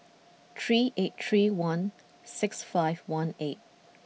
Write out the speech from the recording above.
three eight three one six five one eight